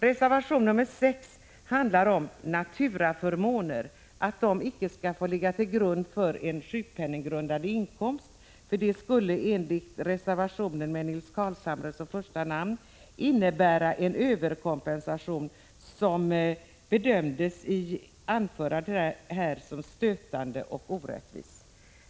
Reservation 6, som har Nils Carlshamre som första namn, handlar om att naturaförmåner icke bör få räknas som sjukpenninggrundande inkomst, eftersom detta skulle innebära en överkompensation som, enligt vad som sades i ett tidigare anförande, vore stötande och orättvis.